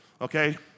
Okay